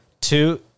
Two